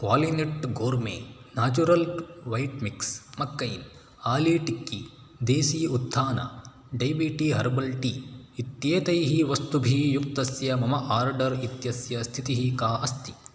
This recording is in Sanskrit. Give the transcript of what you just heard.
क्वालिनेट् gourmet natural wheat mix McCain aloo tikki desi उत्थाना डैबीटीक् हर्बल् टी इत्येतैः वस्तुभिः युक्तस्य मम आर्डर् इत्यस्य स्थितिः का अस्ति